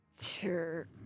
Sure